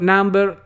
Number